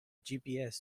gps